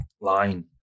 line